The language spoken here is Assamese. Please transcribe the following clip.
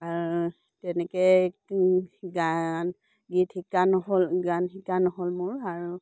তেনেকেতো গান গীত শিকা নহ'ল গান শিকা নহ'ল মোৰ আৰু